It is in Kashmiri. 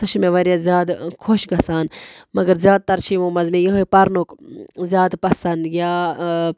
سۄ چھِ مےٚ واریاہ زیادٕ خۄش گژھان مگر زیادٕ تَر چھِ یِمو منٛز مےٚ یِہَے پَرنُک زیادٕ پَسنٛد یا